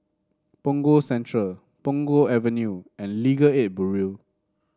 Punggol Central Punggol Avenue and Legal Aid Bureau